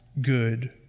Good